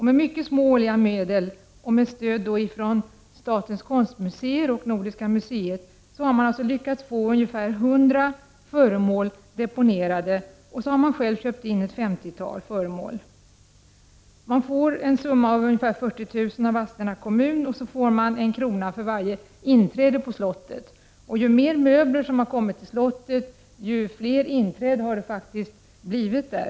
Med mycket små årliga medel och med stöd från statens konstmuseer och Nordiska museet har de lyckats få ungefär 100 föremål deponerade, och de har själva köpt in ett femtiotal föremål. Av Vadstena kommun får stiftelsen ungefär 40 000 kr. och 1 kr. för varje inträde på slottet. Ju mer möbler som har kommit till slottet, desto fler inträden har det faktiskt blivit fråga om.